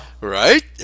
Right